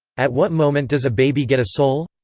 at what moment does a baby get a soul?